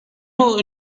who